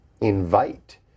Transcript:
invite